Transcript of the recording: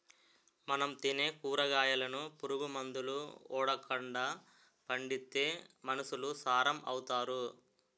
మనం తినే కూరగాయలను పురుగు మందులు ఓడకండా పండిత్తే మనుసులు సారం అవుతారు